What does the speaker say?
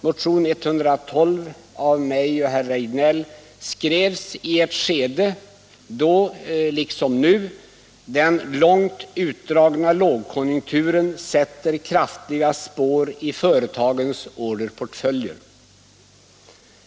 Motionen 112 av mig och herr Rejdnell skrevs i ett skede då liksom nu den långt utdragna lågkonjunkturen satte kraftiga spår i företagens orderportföljer.